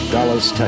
Dallas